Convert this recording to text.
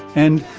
and.